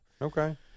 Okay